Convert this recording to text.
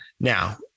Now